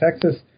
Texas